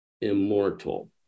immortal